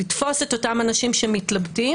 לתפוס את אותם אנשים שמתלבטים,